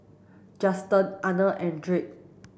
Justen Arne and Drake